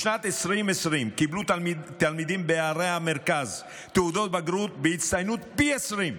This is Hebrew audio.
בשנת 2020 קיבלו תלמידים בערי המרכז תעודות בגרות בהצטיינות פי 20,